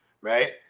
Right